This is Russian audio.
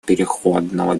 переходного